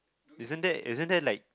isn't that isn't that like